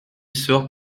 sort